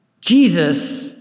Jesus